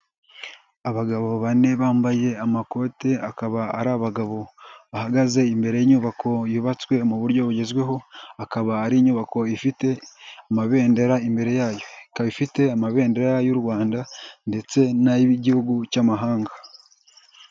Abagabo bane bambaye amakote, akaba ari abagabo bahagaze imbere y'inyubako yubatswe muburyo bugezweho, akaba ari inyubako ifite amabendera imbere yayo, ikaba ifite amabendera y'u Rwanda ndetse n'ay'igihugu cy'amahanga.